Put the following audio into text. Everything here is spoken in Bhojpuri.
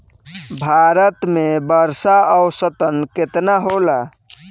भारत में वर्षा औसतन केतना होला?